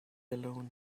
alone